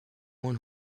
one